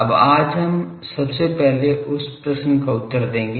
अब आज हम सबसे पहले उस प्रश्न का उत्तर देंगे